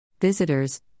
Visitors